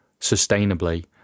sustainably